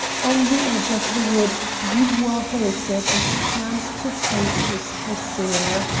on the edge of the wood dubois halted and turned to face his pursuer.